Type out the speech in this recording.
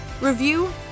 review